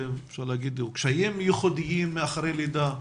יש קשיים מיוחדים אצל האימהות לאחר הלידה,